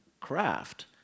craft